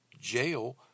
jail